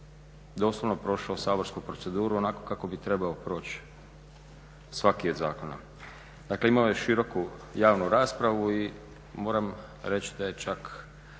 doslovno prošao saborsku proceduru onako kako bi trebao proći svaki od zakona. Dakle, imao je široku javnu raspravu i moram reći da je čak